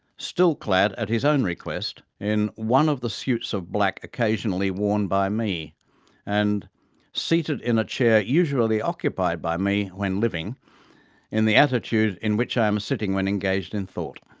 still clad at his own request in one of the suits of black occasionally worn by me and seated in a chair usually occupied by me when living in the attitude in which i am sitting when engaged in thought.